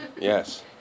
Yes